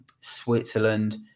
Switzerland